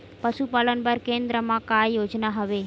पशुपालन बर केन्द्र म का योजना हवे?